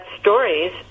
stories